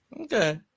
Okay